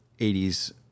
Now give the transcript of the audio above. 80s